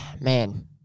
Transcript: man